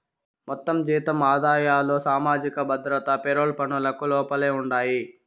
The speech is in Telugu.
మొత్తం జీతం ఆదాయాలు సామాజిక భద్రత పెరోల్ పనులకు లోపలే ఉండాయి